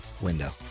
window